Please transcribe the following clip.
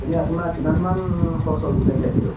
এনেই আপোনাৰ কিমান খৰচ হ'ল গোটেই খেতিটোত